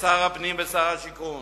לשר הפנים ולשר השיכון